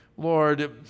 Lord